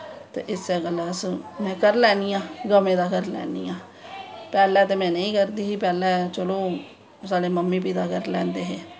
ते इस्सै गल्ल में करी लैन्नी आं गवें दा करी लैन्नी आं पैह्ॅलैं ते में नेंई करदी ही चलो साढ़ी मम्मी पिता करी लैंदे हे